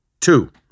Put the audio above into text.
Two